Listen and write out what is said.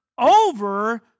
over